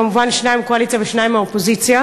כמובן שניים מהקואליציה ושניים מהאופוזיציה,